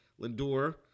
Lindor